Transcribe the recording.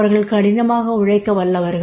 அவர்கள் கடினமாக உழைக்க வல்லவர்கள்